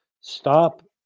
stop